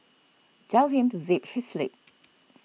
tell him to zip his lip